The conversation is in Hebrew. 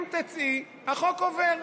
אם תצאי, החוק עובר.